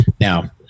now